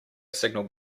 signal